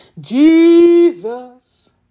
Jesus